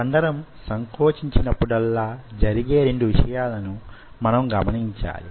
కండరం సంకోచించినప్పుడల్లా జరిగే రెండు విషయాలను మనం గమనించాలి